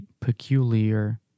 peculiar